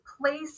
place